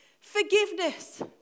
forgiveness